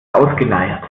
ausgeleiert